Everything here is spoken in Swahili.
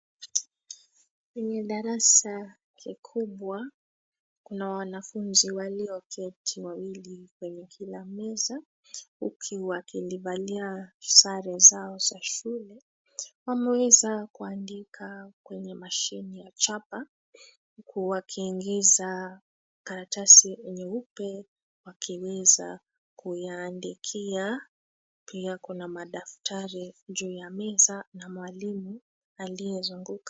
Kwenye darasa kikubwa, kuna wanafunzi walioketi wawili kwenye kila meza huku wakilivalia sare zao za shule. Wameweza kuandika kwenye mashini ya chapa, huku wakiingiza karatasi nyeupe wakiweza kuyaandikia. Pia kuna madaftari juu ya meza na mwalimu aliyezunguka.